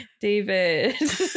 David